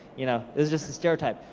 you know is just a stereotype.